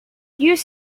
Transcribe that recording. use